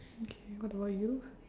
okay what about you